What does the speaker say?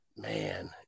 Man